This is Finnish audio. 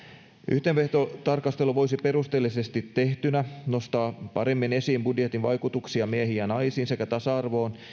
yhteenvetotarkastelu voisi perusteellisesti tehtynä nostaa paremmin esiin budjetin vaikutuksia miehiin ja naisiin sekä tasa arvoon ja